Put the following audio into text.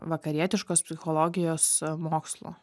vakarietiškos psichologijos mokslo